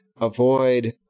avoid